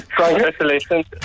Congratulations